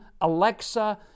Alexa